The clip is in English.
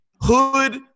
hood